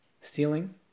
stealing